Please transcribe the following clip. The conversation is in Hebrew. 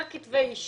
יותר כתבי אישום?